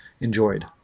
enjoyed